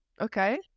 Okay